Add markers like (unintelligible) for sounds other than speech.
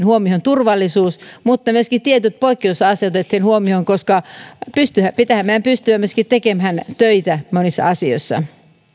(unintelligible) huomioon turvallisuus mutta myöskin tietyt poikkeusasiat otettiin huomioon koska pitäähän meidän pystyä myöskin tekemään töitä monissa asioissa